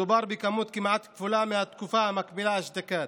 מדובר במספר כמעט כפול מהתקופה המקבילה אשתקד,